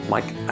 Mike